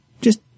Just